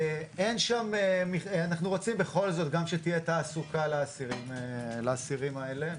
אנחנו רוצים שתהיה גם תעסוקה לאסירים האלה,